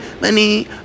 money